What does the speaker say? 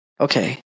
Okay